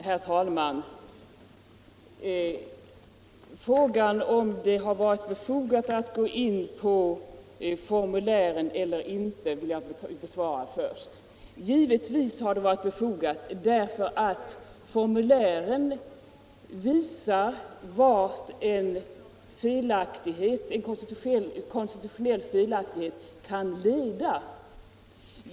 Herr talman! Frågan om det har varit befogat att gå in på formulären eller inte vill jag besvara först. Givetvis har det varit befogat, därför att formulären visar vart en konstitutionell felaktighet kan leda.